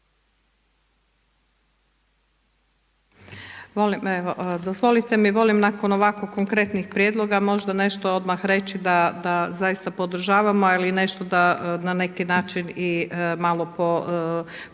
Dozvolite mi, volim nakon ovako konkretnih prijedloga možda nešto odmah reći da zaista podržavamo, ali nešto da na neki način malo i pojasnimo.